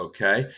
Okay